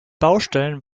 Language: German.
baustellen